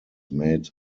made